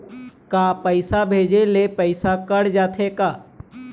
का पैसा भेजे ले पैसा कट जाथे का?